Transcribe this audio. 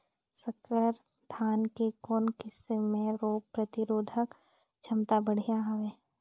संकर धान के कौन किसम मे रोग प्रतिरोधक क्षमता बढ़िया हवे?